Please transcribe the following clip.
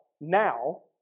now